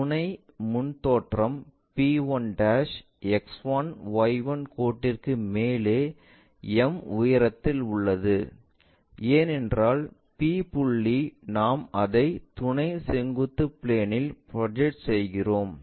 துணை முன் தோற்றம் p1 X1Y1 கோட்டிற்கு மேலே m உயரத்தில் இருக்கும் ஏனென்றால் p புள்ளி நாம் அதை துணை செங்குத்து பிளேன்இல் ப்ரொஜெக்ட் செய்கிறோம்